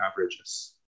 averages